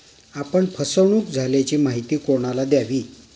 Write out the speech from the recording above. आपण फसवणुक झाल्याची माहिती कोणाला द्यावी?